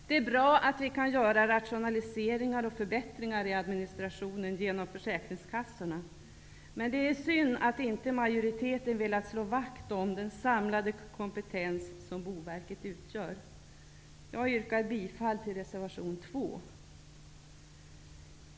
Det är bra att vi kan göra rationaliseringar och förbättringar i administrationen genom försäkringskassorna. Men det är synd att majoriteten inte har velat slå vakt om den samlade kompetens som Boverket utgör. Jag yrkar bifall till reservation 2.